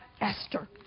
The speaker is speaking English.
Esther